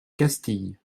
castille